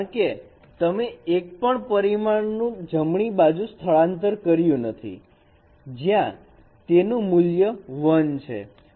કારણકે તમે એક પણ પરિમાણ નું જમણી બાજુ સ્થળાંતર કર્યું નથી જ્યાં તેનું મૂલ્ય 1 છે